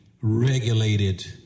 regulated